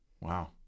Wow